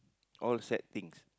all sad things